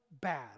bad